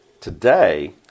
Today